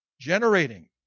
generating